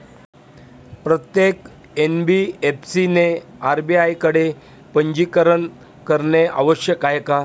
प्रत्येक एन.बी.एफ.सी ने आर.बी.आय कडे पंजीकरण करणे आवश्यक आहे का?